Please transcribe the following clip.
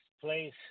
place